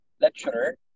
lecturer